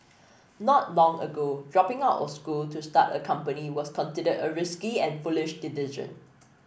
not long ago dropping out of school to start a company was considered a risky and foolish decision